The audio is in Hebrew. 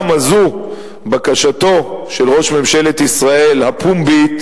הזאת בקשתו של ראש ממשלת ישראל הפומבית,